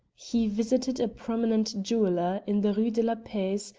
he visited a prominent jeweller in the rue de la paix,